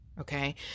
Okay